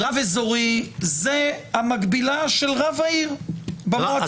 רב אזורי זה המקבילה של רב העיר במועצה האזורית.